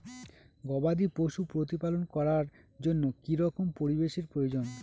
গবাদী পশু প্রতিপালন করার জন্য কি রকম পরিবেশের প্রয়োজন?